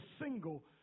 single